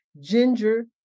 ginger